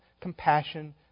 compassion